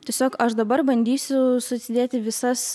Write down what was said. tiesiog aš dabar bandysiu susidėti visas